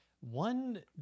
One